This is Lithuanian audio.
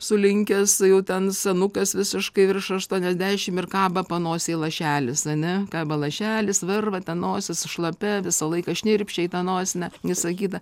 sulinkęs jau ten senukas visiškai virš aštuoniasdešimt ir kaba panosėj lašelis ane kabo lašelis varva ten nosis šlapia visą laiką šnirpščia į tą nosinę visa kita